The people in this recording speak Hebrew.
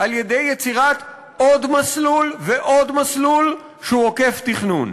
על-ידי יצירת עוד מסלול ועוד מסלול שהוא עוקף תכנון.